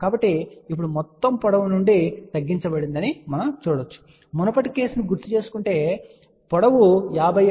కాబట్టి ఇప్పుడు మొత్తం పొడవు నుండి తగ్గించబడిందని మనం చూడవచ్చు మునుపటి కేసును గుర్తుంచుకుంటే పొడవు 57